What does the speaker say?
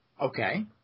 Okay